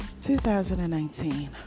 2019